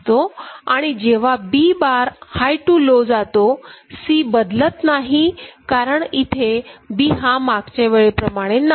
आणि जेव्हा B bar high to low जातो C बदलत नाही कारण इथे B हा मागच्या वेळेप्रमाणे नाही